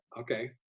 okay